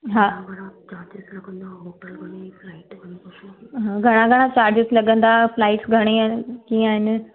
हा हा घणा घणा चार्जिस लॻंदा फ्लाइट्स घणी आहिनि कीअं आहिनि